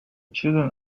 children